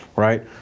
right